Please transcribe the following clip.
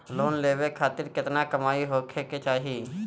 Loan लेवे खातिर केतना कमाई होखे के चाही?